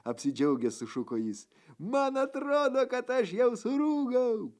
apsidžiaugęs sušuko jis man atrodo kad aš jau surūgau